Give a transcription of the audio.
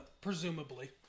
presumably